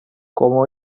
como